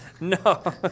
No